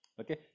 okay